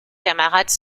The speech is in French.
camarades